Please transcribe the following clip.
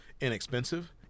Inexpensive